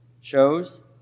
shows